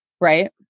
Right